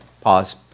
pause